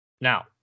Now